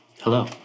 Hello